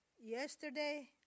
Yesterday